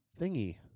Thingy